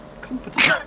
Competent